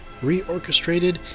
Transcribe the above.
reorchestrated